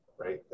Right